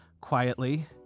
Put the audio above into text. quietly